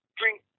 drink